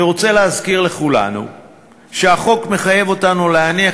אני רוצה להזכיר לכולנו שהחוק מחייב אותנו להניח